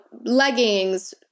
leggings